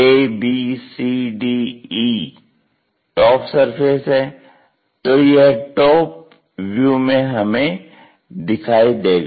ABCDE top surface है तो यह टॉप व्यू में हमें दिखाई देगा